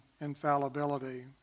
infallibility